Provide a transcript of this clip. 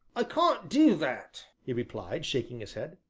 i can't do that, he replied, shaking his head.